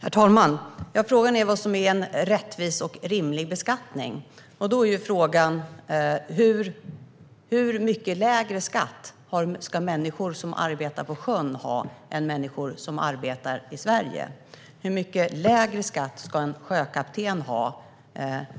Herr talman! Frågan är vad som är en rättvis och rimlig beskattning. Hur mycket lägre skatt ska människor som arbetar på sjön ha än människor som arbetar i Sverige? Hur mycket lägre skatt ska en sjökapten ha